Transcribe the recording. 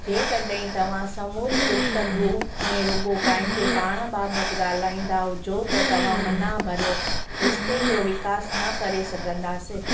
जे कॾहिं तव्हां समूरी गुफ़्तगू में रुॻो पंहिंजे पाण बाबति ॻाल्हाईंदा हुजो त तव्हां मना भरियो रिश्ते जो विकास न करे सघंदासीं